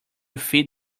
feed